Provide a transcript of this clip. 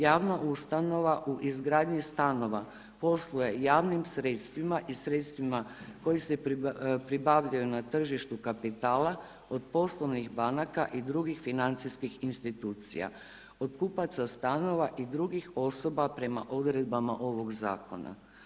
Javna ustanova u izgradnji stanova posluje javnim sredstvima i sredstvima koje se pribavljaju na tržištu kapitala, od poslovnih banaka i drugih financijskih institucija, od kupaca stanova i drugih osoba prema odredbama ovog zakona.